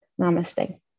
Namaste